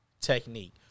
technique